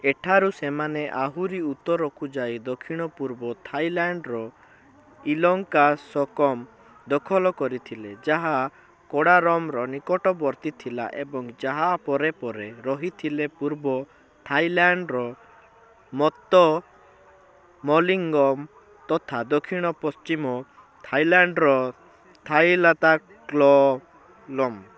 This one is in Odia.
ଏଠାରୁ ସେମାନେ ଆହୁରି ଉତ୍ତରକୁ ଯାଇ ଦକ୍ଷିଣ ପୂର୍ବ ଥାଇଲାଣ୍ଡର ଇଲଙ୍କାଶକମ୍ ଦଖଲ କରିଥିଲେ ଯାହା କଡ଼ାରମର ନିକଟବର୍ତ୍ତୀ ଥିଲା ଏବଂ ଯାହା ପରେ ପରେ ରହିଥିଲେ ପୂର୍ବ ଥାଇଲାଣ୍ଡର ମତ୍ତମଲିଙ୍ଗମ ତଥା ଦକ୍ଷିଣ ପଶ୍ଚିମ ଥାଇଲାଣ୍ଡର ଥାଇଲଦାକଲମ୍